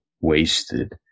wasted